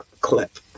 clip